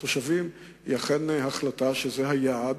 תושבים היא אכן החלטה שזה היעד,